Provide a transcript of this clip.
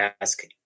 ask